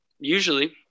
Usually